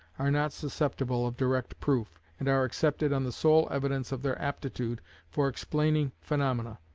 are not susceptible of direct proof, and are accepted on the sole evidence of their aptitude for explaining phenomena.